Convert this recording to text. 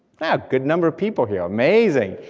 yeah, a good number of people here, amazing,